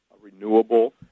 renewable